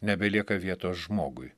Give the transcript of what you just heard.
nebelieka vietos žmogui